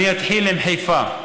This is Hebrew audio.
אני אתחיל עם חיפה.